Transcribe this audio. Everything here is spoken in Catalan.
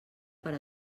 per